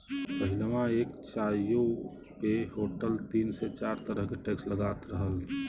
पहिलवा एक चाय्वो पे होटल तीन से चार तरह के टैक्स लगात रहल